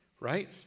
Right